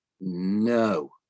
No